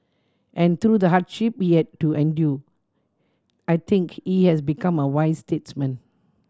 and through the hardship he had to endure I think he has become a wise statesman